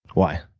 why?